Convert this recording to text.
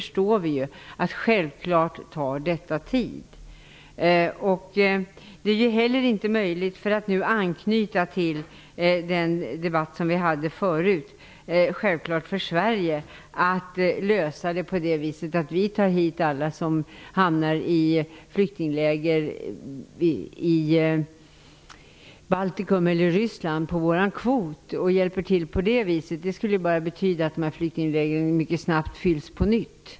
Men vi förstör ju att detta självfallet tar tid. Det är heller inte möjligt -- för att anknyta till den tidigare debatten -- för oss i Sverige att på vår kvot ta hit alla dem som hamnar i flyktingläger i Baltikum eller Ryssland. Det skulle bara betyda att flyktinglägren där mycket snabbt fylldes på nytt.